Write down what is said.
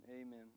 Amen